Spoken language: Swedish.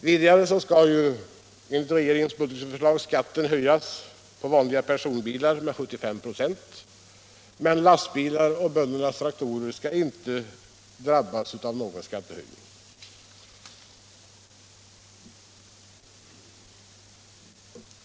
Vidare skall enligt regeringens budgetförslag skatten höjas på vanliga personbilar med 75 26, men lastbilar och böndernas traktorer skall inte drabbas av några skattehöjningar.